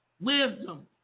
wisdom